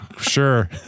sure